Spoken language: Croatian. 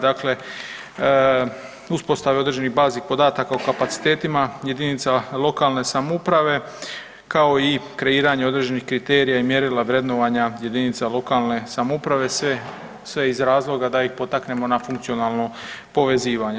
Dakle, uspostave određenih baznih podataka o kapacitetima jedinica lokalne samouprave kao i kreiranje određenih kriterija i mjerila vrednovanja jedinica lokalne samouprave sve iz razloga da ih potaknemo na funkcionalno povezivanje.